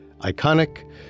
iconic